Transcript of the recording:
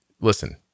Listen